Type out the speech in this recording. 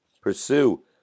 pursue